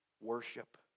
Worship